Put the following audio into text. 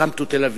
come to Tel-Aviv.